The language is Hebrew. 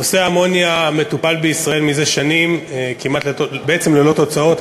נושא האמוניה מטופל בישראל זה שנים בעצם ללא תוצאות.